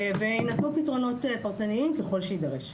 יינתנו פתרונות פרטניים ככל שיידרש.